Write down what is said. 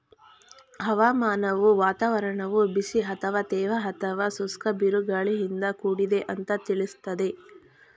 ಹವಾಮಾನವು ವಾತಾವರಣವು ಬಿಸಿ ಅಥವಾ ತೇವ ಅಥವಾ ಶುಷ್ಕ ಬಿರುಗಾಳಿಯಿಂದ ಕೂಡಿದೆ ಅಂತ ತಿಳಿಸ್ತದೆ